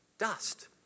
Dust